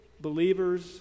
believers